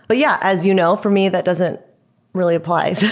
but yeah, as you know. for me, that doesn't really apply.